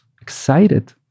excited